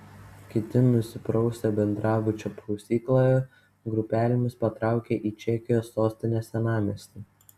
kiti nusiprausę bendrabučio prausykloje grupelėmis patraukė į čekijos sostinės senamiestį